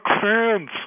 fans